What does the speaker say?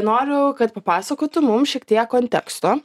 noriu kad papasakotų mums šiek tiek konteksto